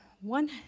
one